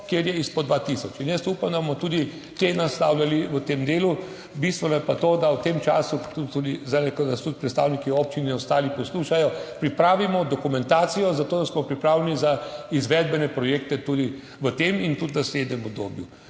kjer je izpod 2000. Jaz upam, da bomo tudi te naslavljali v tem delu. Bistveno je pa to, da v tem času, tudi zdaj, ko nas tudi predstavniki občin in ostali poslušajo, pripravimo dokumentacijo za to, da smo pripravljeni za izvedbene projekte tudi v tem in tudi v naslednjem obdobju.